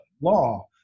law